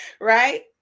right